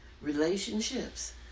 relationships